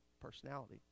personality